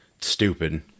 stupid